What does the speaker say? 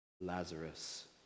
Lazarus